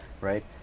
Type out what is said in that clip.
right